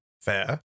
Fair